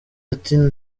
ati